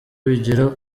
bigera